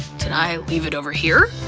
did i leave it over here?